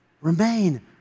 Remain